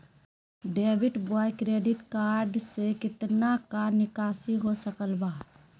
Debit बोया credit card से कितना का निकासी हो सकल बा?